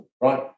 right